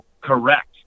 Correct